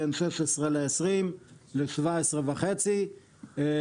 בין 16 ₪ ל-17.5 ₪ לק"ג.